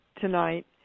tonight